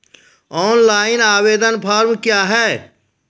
Online आवेदन form क्या हैं?